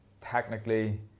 Technically